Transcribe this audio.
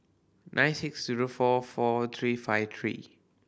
nine six zero four four three five three